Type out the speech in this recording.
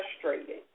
frustrated